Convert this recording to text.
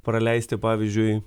praleisti pavyzdžiui